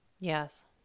Yes